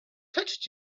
touched